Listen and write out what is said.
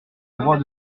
droit